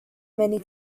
many